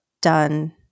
done